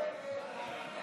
עתיד-תל"ם להביע